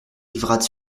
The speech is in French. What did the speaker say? livrade